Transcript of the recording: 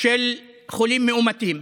של החולים המאומתים,